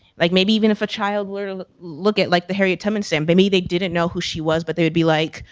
like maybe even if a child were to look at like the harriet tubman stamp, maybe they didn't know who she was, but they would be like,